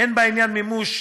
הן בעניין מימוש